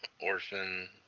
Orphan